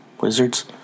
Wizards